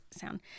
sound